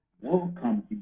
Welcome